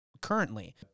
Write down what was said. currently